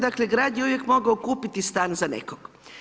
Dakle, grad je uvijek mogao kupiti stan za nekog.